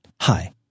Hi